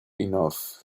enough